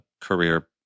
career